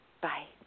Bye